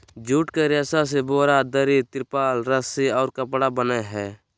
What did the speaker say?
jute के रेशा से बोरा, दरी, तिरपाल, रस्सि और कपड़ा बनय हइ